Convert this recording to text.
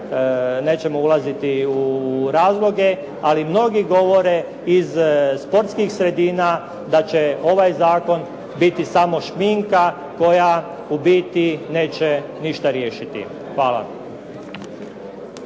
nećemo ulaziti u razloge. Ali mnogi govore iz sportskih sredina da će ovaj zakon biti samo šminka koja u biti neće ništa riješiti. Hvala.